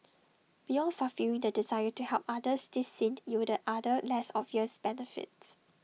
beyond fulfilling the desire to help others this stint yielded other less obvious benefits